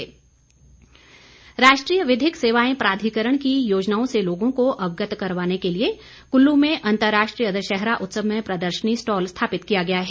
साक्षरता स्टॉल राष्ट्रीय विधिक सेवाएं प्राधिकरण की योजनाओं से लोगों को अवगत करवाने के लिए कुल्लू में अंतर्राष्ट्रीय दशहरा उत्सव में प्रदर्शनी स्टॉल स्थापित किया गया है